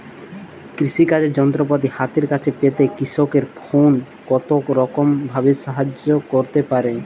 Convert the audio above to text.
কৃষিকাজের যন্ত্রপাতি হাতের কাছে পেতে কৃষকের ফোন কত রকম ভাবে সাহায্য করতে পারে?